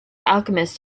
alchemist